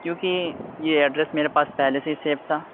کیونکہ یہ ایڈریس میرے پاس پہلے سے ہی سیو تھا